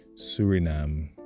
Suriname